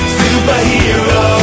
superhero